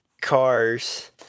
cars